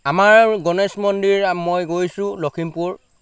আমাৰ গণেশ মন্দিৰ মই গৈছোঁ লখিমপুৰ